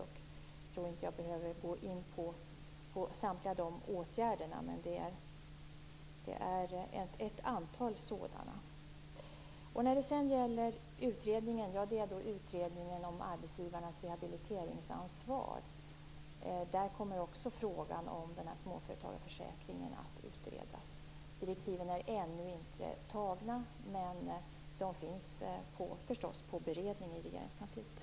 Jag tror inte att jag behöver gå in på alla de åtgärderna - det är fråga om ett antal åtgärder. Utredningen gäller alltså arbetsgivarnas rehabiliteringsansvar. Där kommer också frågan om småföretagarförsäkringen att utredas. Direktiven är ännu inte tagna, men de är förstås under beredning i Regeringskansliet.